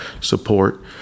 support